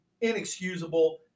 inexcusable